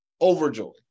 overjoyed